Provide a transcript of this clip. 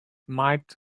might